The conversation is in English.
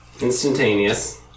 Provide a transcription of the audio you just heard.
Instantaneous